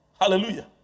Hallelujah